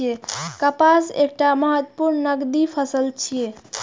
कपास एकटा महत्वपूर्ण नकदी फसल छियै